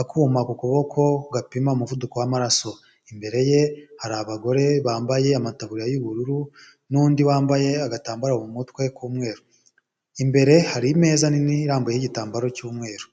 akuma ku kuboko gapima umuvuduko w'amaraso, imbere ye hari abagore bambaye amataburuya y'ubururu n'undi wambaye agatambaro mu mutwe k'umweru, imbere hari imeza nini irambuyeho igitambaro cy'umweru.